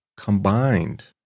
Combined